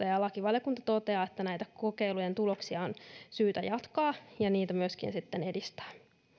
ja ja lakivaliokunta toteaa että näitä kokeiluja on syytä jatkaa ja myöskin sitten edistää